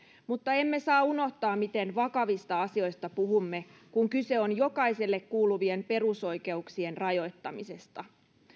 mutta emme saa unohtaa miten vakavista asioista puhumme kun kyse on jokaiselle kuuluvien perusoikeuksien rajoittamisesta